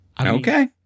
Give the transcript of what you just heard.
Okay